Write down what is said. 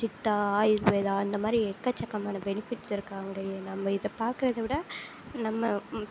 சித்தா ஆயுர்வேதா அந்த மாதிரி எக்கச்சக்கமான பெனிஃபிட்ஸ் இருக்குது அங்கேயே நம்ம இதை பார்க்குறதவிட நம்ம